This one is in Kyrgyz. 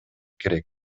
керек